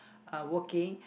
uh working